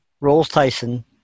Rolls-Tyson